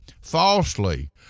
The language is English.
falsely